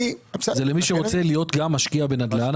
זה למי שרוצה להיות גם משקיע בנדל"ן,